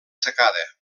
secada